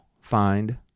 find